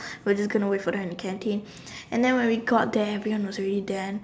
we're just gonna wait for them at the canteen and then when we got there everybody was already there